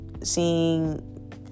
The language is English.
seeing